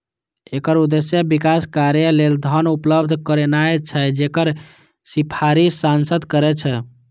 एकर उद्देश्य विकास कार्य लेल धन उपलब्ध करेनाय छै, जकर सिफारिश सांसद करै छै